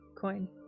coin